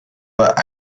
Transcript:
but